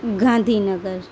Gandhinagar